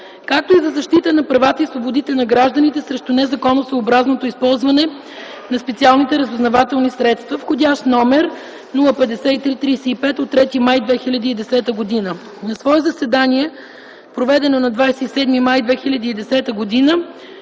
както и за защита на правата и свободите на гражданите срещу незаконосъобразното използване на специални разузнавателни средства, вх. № 053-35 от 3 май 2010 г. „На свое заседание, проведено на 27 май 2010 г.,